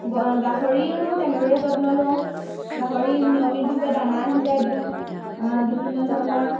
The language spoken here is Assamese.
গাহৰিৰো তেনেদৰে যত্ন লওঁ গাহৰিক নিয়মিতভাৱে দানা সিজাই দিওঁ বিভিন্ন ধৰণৰ